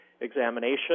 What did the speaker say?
examination